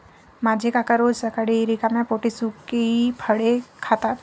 माझे काका रोज सकाळी रिकाम्या पोटी सुकी फळे खातात